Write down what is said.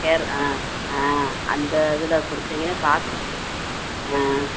care ஆ ஆ அந்த இதில் கொடுத்தீங்கன்னா பாக்கு ஆ